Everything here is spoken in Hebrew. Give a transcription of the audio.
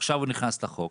ועכשיו הוא נכנס לחוק,